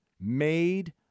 made